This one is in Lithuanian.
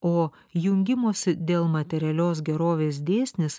o jungimosi dėl materialios gerovės dėsnis